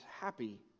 happy